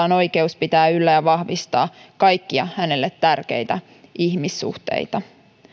on oikeus pitää yllä ja vahvistaa kaikkia hänelle tärkeitä ihmissuhteita